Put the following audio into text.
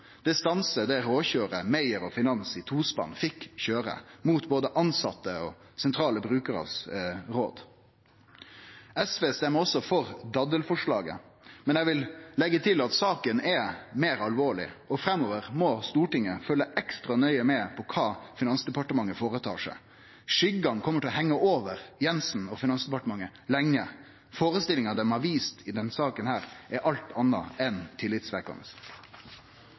Det stansar det køyret Meyer og finansministeren i tospann fekk halde på med, mot råda frå både tilsette og sentrale brukarar. SV røystar også for daddelforslaget, men eg vil leggje til at saka er meir alvorleg, og framover må Stortinget følgje ekstra nøye med på kva Finansdepartementet føretar seg. Skuggane kjem til å hengje over Jensen og Finansdepartementet lenge. Førestillinga dei har vist i denne saka, er alt anna enn